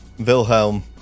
Wilhelm